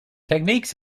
techniques